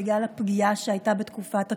בגלל הפגיעה שהייתה בתקופת הקורונה.